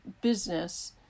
business